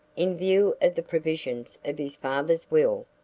in view of the provisions of his father's will,